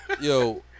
Yo